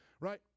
Right